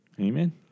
Amen